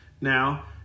Now